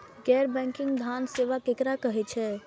गैर बैंकिंग धान सेवा केकरा कहे छे?